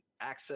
access